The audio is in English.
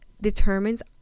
determines